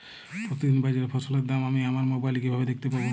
প্রতিদিন বাজারে ফসলের দাম আমি আমার মোবাইলে কিভাবে দেখতে পাব?